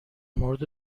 مورد